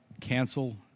cancel